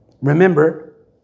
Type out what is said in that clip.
Remember